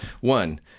One